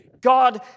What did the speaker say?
God